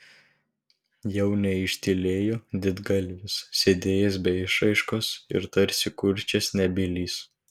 jau neištylėjo didgalvis sėdėjęs be išraiškos ir tarsi kurčias nebylys